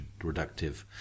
reductive